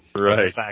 Right